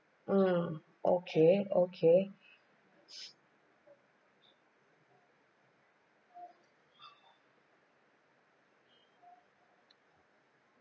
mm okay okay